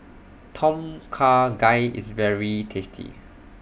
Tom Kha Gai IS very tasty